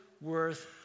worth